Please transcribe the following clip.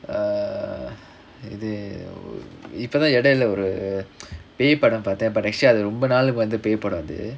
err இது இப்பதா இடையில ஒரு பேய் படம் பாத்தேன்:ithu ippathaa idaiyila oru pei padam paathaen but actually அது ரொம்ப நாள் வந்த பேய் படம் அது:athu romba naal vantha pei padam athu